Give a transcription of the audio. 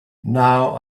now